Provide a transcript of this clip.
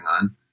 on